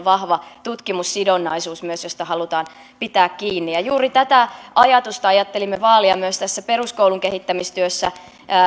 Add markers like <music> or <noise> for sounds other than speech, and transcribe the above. <unintelligible> vahva tutkimussidonnaisuus josta halutaan pitää kiinni juuri tätä ajatusta ajattelimme vaalia myös tässä peruskoulun kehittämistyössä